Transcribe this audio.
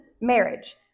marriage